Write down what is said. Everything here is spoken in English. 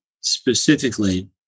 specifically